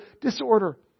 disorder